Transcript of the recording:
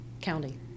county